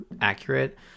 accurate